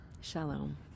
shalom